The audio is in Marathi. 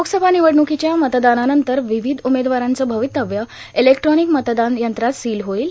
लोकसभा निवडणुकोच्या मतदानानंतर र्वावध उमेदवारांचं र्भावतव्य इलेक्ट्रॉॉनक मतदान यंत्रात सील होईल